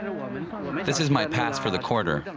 this is my pass for the quarter.